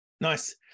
Nice